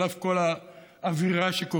על אף כל האווירה מסביב.